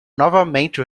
novamente